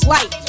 Light